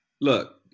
look